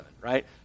right